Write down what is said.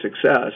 success